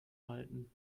halten